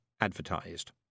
advertised